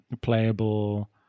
playable